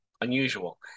unusual